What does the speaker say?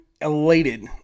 elated